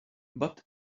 but